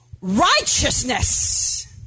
righteousness